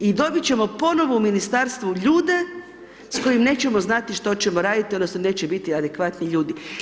I dobit ćemo ponovo u ministarstvu ljude s kojim nećemo znati što ćemo raditi odnosno neće biti adekvatni ljudi.